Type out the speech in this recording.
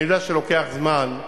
אני יודע שלוקח זמן,